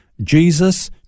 Jesus